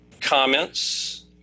comments